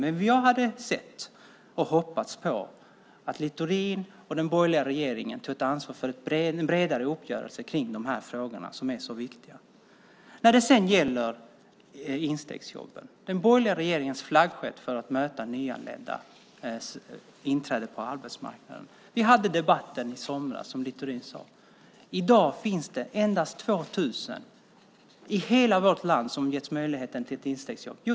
Men vi hade hoppats på att Littorin och den borgerliga regeringen tagit ett ansvar för en bredare uppgörelse kring de här frågorna, som är så viktiga. När det sedan gäller instegsjobben, den borgerliga regeringens flaggskepp för att underlätta nyanländas inträde på arbetsmarknaden, hade vi en debatt i somras, som Littorin sade. I dag finns det, just nu, endast 2 000 i hela vårt land som getts möjligheten till ett instegsjobb.